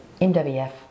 MWF